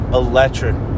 electric